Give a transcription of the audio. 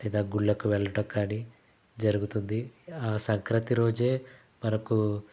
లేదా గుళ్ళకు వెళ్ళటం కాని జరుగుతుంది ఆ సంక్రాంతి రోజే మనకు